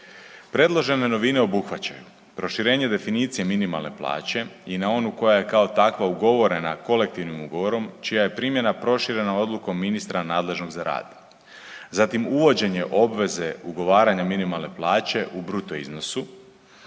Predložene novine obuhvaćaju proširenje definicije minimalne plaće i na onu koja je kao takva ugovorena kolektivnim ugovorom čija je primjena proširena odlukom ministra nadležnog za rad. Zatim uvođenje obveze ugovaranja minimalne plaće u bruto iznosu